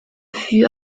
fut